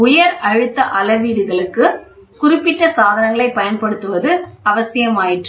உயர் அழுத்த அளவீடுகளுக்கு குறிப்பிட்ட சாதனங்களைப் பயன்படுத்துவது அவசியமாயிற்று